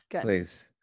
please